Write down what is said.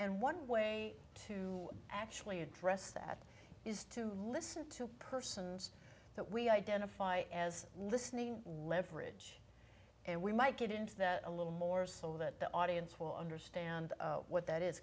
and one way to actually address that is to listen to persons that we identify as listening leverage and we might get into that a little more so that the audience will understand what that is